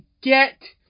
get